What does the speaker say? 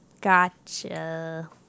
Gotcha